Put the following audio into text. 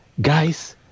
Guys